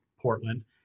Portland